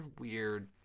weird